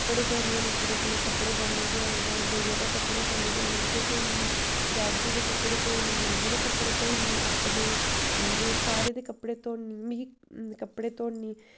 कपड़े धोन्नी होन्नीं जि'नें जि'नें कपड़े खोह्ल्ले दे होन बइया ने कपड़े खोह्ल्ले दे होन डैडी जी दे कपड़े धोई ओड़नी मम्मी जी दे कपड़े धोई ओड़नी अपने इं'दे सारें दे कपड़े धोन्नी मिगी कपड़े धोन्नीं